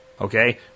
okay